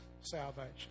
salvation